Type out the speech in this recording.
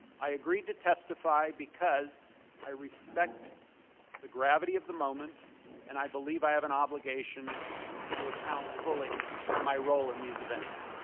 i agreed to testify because i respect the gravity of the moment and i believe have an obligation to account fully for my role in these events.